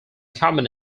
common